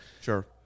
Sure